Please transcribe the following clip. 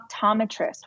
optometrist